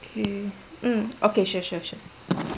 okay mm okay sure sure sure